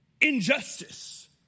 injustice